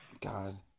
God